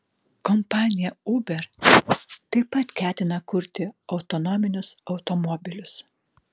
kompanija uber taip pat ketina kurti autonominius automobilius